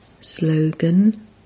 Slogan